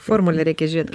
formulę reikia žiūrėt